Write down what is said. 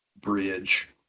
bridge